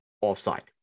offside